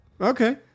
Okay